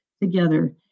together